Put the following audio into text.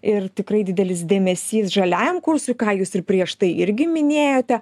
ir tikrai didelis dėmesys žaliajam kursui ką jūs ir prieš tai irgi minėjote